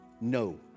No